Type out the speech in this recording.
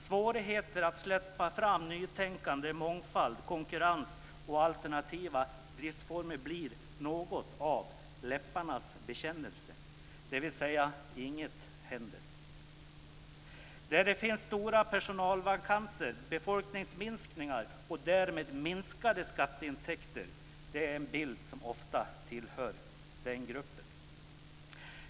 Svårigheter att släppa fram nytänkande, mångfald, konkurrens och alternativa driftsformer leder till något av en läpparnas bekännelse, dvs. inget händer. Stora personalvakanser, befolkningsminskningar och därmed minskade skatteintäkter tillhör ofta bilden.